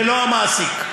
ולא המעסיק.